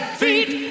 feet